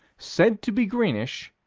said to be greenish,